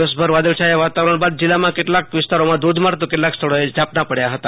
દિવસ ભાર વાદળછાયા વાતાવરણ બાદ જીલ્લામાં કેટલાક વિસ્તારોમાં ધોધમાર તો કેટલાક સ્થળોએ ઝાપટા પડ્યા હતા